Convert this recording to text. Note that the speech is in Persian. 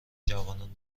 جوانان